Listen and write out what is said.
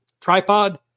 tripod